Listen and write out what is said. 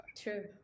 true